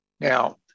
Now